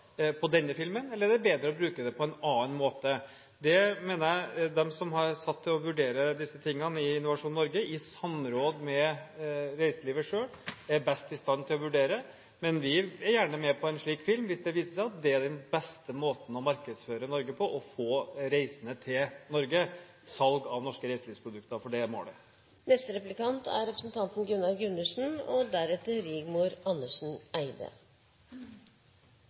på denne filmen, eller er det bedre å bruke det på en annen måte? Det mener jeg de som er satt til å vurdere disse tingene i Innovasjon Norge, i samråd med reiselivet selv, er best i stand til å vurdere. Men vi er gjerne med på en slik film hvis det viser seg at det er den beste måten å markedsføre Norge på, få reisende til Norge, selge norske reiselivsprodukter, for det er målet. Jeg synes statsråden på mange måter snakker ned den utfordringen som ligger direkte under hans ansvar, og